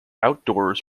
outdoors